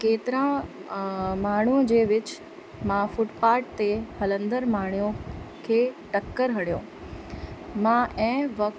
केतिरा माण्हूअ जे विच मां फ़ुटपाथ ते हलंदड़ माण्हू खे टक्कर हड़ियो मां ऐन वक़्ति